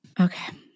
Okay